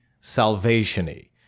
salvation-y